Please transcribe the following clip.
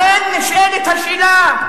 נשאלת השאלה: